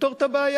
תפתור את הבעיה.